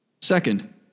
Second